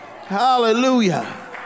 Hallelujah